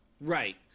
right